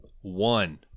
one